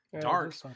Dark